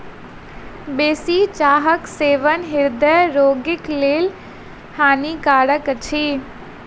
बेसी चाहक सेवन हृदय रोगीक लेल हानिकारक अछि